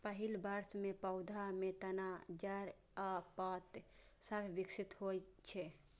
पहिल वर्ष मे पौधा मे तना, जड़ आ पात सभ विकसित होइ छै